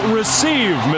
receive